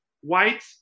white